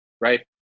right